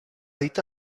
dita